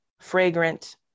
fragrant